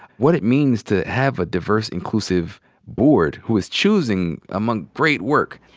what it means to have a diverse, inclusive board, who is choosing among great work?